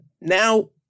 now